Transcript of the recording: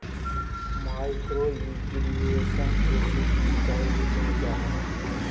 micro irrigation के सूक्ष्म सिंचाई भी कहल जा हइ